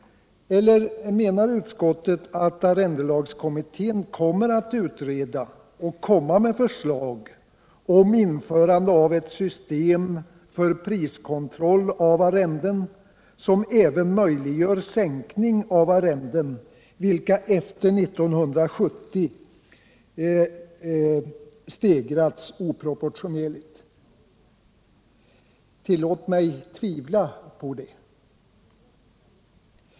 Eller menar utskottet att arrendelagskommittén kommer att utreda och lägga fram förslag om införande av ett system för priskontroll av arrenden som även möjliggör sänkning av arrenden, vilka efter 1970 stegrats oproportionerligt? Tillåt mig att tvivla på detta.